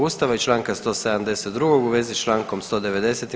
Ustava i Članka 172. u vezi s Člankom 190.